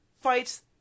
fights